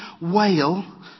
Whale